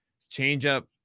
Changeup